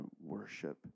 worship